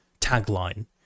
tagline